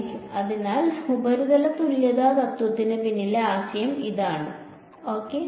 അതിനാൽ ഉപരിതല തുല്യത തത്വത്തിന് പിന്നിലെ ആശയം അതാണ് ശരി